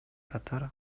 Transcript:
катары